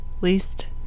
least